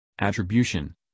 Attribution